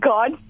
God